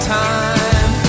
time